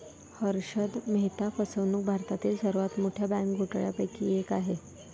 हर्षद मेहता फसवणूक भारतातील सर्वात मोठ्या बँक घोटाळ्यांपैकी एक आहे